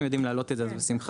אם יודעים להעלות את אז בשמחה.